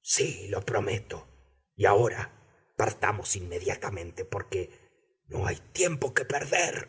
sí lo prometo y ahora partamos inmediatamente porque no hay tiempo que perder